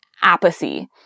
apathy